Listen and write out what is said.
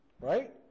Right